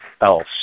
else